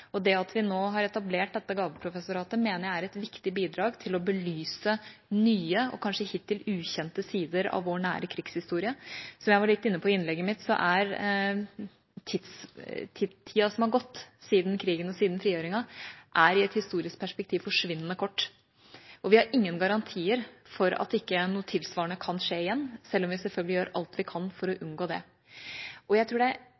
og det at vi nå har etablert dette gaveprofessoratet, mener jeg er et viktig bidrag til å belyse nye og kanskje hittil ukjente sider av vår nære krigshistorie. Som jeg var litt inne på i innlegget mitt, er tida som er gått siden krigen og frigjøringen, i et historisk perspektiv forsvinnende kort, og vi har ingen garantier for at ikke noe tilsvarende kan skje igjen, selv om vi selvfølgelig gjør alt vi kan for å unngå det. Jeg tror det